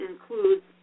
includes